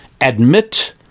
Admit